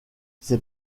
ses